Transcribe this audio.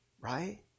right